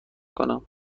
کنم